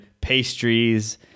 pastries